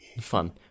fun